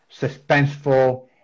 suspenseful